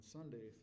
Sunday